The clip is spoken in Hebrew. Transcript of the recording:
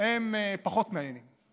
הם פחות מעניינים.